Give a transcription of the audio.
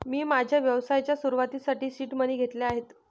मी माझ्या व्यवसायाच्या सुरुवातीसाठी सीड मनी घेतले आहेत